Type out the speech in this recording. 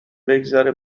بگذره